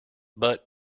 but